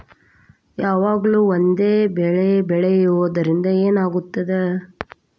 ಯಾವಾಗ್ಲೂ ಒಂದೇ ಬೆಳಿ ಬೆಳೆಯುವುದರಿಂದ ಏನ್ ಆಗ್ತದ?